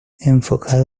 enfocado